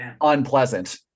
unpleasant